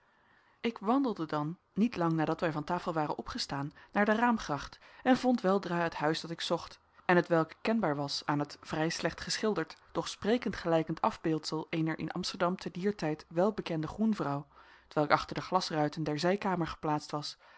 ik wandelde dan niet lang nadat wij van tafel waren opgestaan naar de raamgracht en vond weldra het huis dat ik zocht en hetwelk kenbaar was aan het vrij slecht geschilderd doch sprekend gelijkend afbeeldsel eener in amsterdam te dier tijd welbekende groenvrouw t welk achter de glasruiten der zijkamer geplaatst was